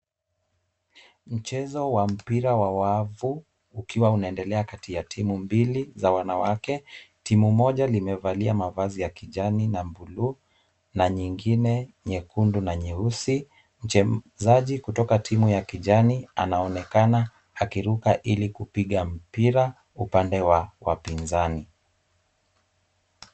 Mchezo wa mpira wa wavu ukiwa unaendelea kati ya timu mbili za wanawake. Timu mmoja limevalia mavazi ya kijani na bluu na nyingine nyekundu na nyeusi. Mchezaji kutoka timu ya kijani, anaonekana akiruka ili kupiga mpira upande wa wapinzani.